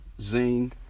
Zing